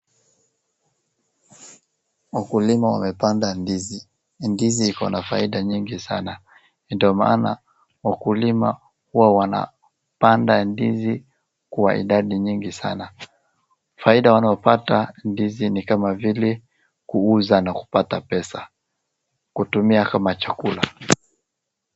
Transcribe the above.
Wakulima wamepanda ndizi. Ndizi iko na faida nyingi sana. Ndio maana wakulima huwa wanapanda ndizi kwa idadi nyingi sana. Faida wanaopata ndizi ni kama vile kuuza na kupata pesa kutumia kama chakula.